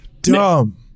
dumb